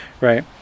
right